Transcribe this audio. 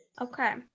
Okay